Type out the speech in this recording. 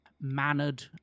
mannered